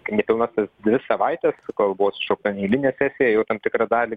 nepilnas dvi savaites kol buvo sušaukta neeilinė sesija jau tam tikrą dalį